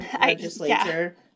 legislature